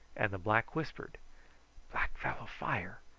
and the black whispered black fellow fire.